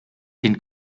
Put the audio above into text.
den